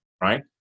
right